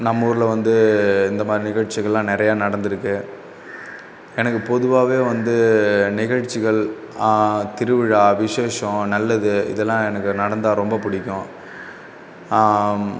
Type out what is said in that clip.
நம்மூரில் வந்து இந்தமாதிரி நிகழ்ச்சிகள்லாம் நிறைய நடந்துருக்குது எனக்கு பொதுவாகவே வந்து நிகழ்ச்சிகள் திருவிழா விசேஷம் நல்லது இதெல்லாம் எனக்கு நடந்தால் ரொம்ப பிடிக்கும்